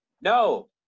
No